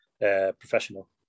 professional